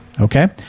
Okay